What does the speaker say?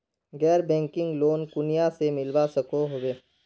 गैर banking loan कुनियाँ से मिलवा सकोहो होबे?